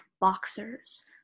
boxers